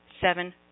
seven